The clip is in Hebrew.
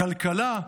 כלכלה?